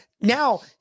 now